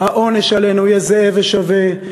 העונש עלינו יהיה זהה ושווה,